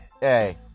Hey